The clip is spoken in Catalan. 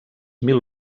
mil